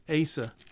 Asa